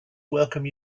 welcome